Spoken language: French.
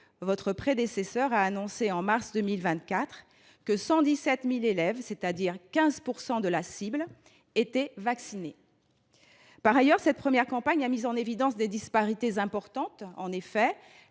votre prédécesseur a annoncé, en mars 2024, que 117 000 élèves, c’est à dire 15 % de la cible, étaient vaccinés. Par ailleurs, cette première campagne a mis en évidence des disparités importantes. Les